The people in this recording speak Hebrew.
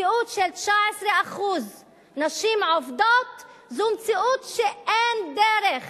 מציאות של 19% נשים עובדות זו מציאות שאין דרך